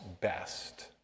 best